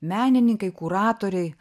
menininkai kuratoriai